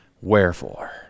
Wherefore